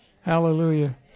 Hallelujah